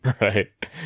right